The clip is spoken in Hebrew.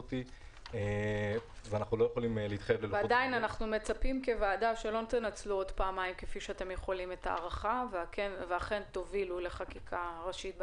אנחנו מצפים שלא תנצלו את הארכה וכן תובילו לחקיקה ראשית בעניין.